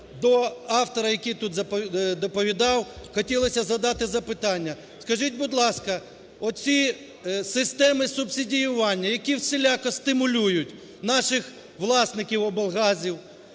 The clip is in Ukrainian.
до автора, який тут доповідав, хотілося задати запитання. Скажіть, будь ласка, оці системи субсидіювання, які всіляко стимулюють наших власників облгазів,